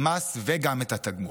מס וגם את התגמול,